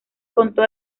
contó